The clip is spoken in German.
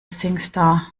singstar